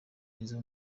izo